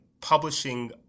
publishing